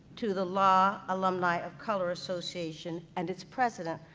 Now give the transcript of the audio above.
to the law alumni of color association and its president,